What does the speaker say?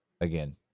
again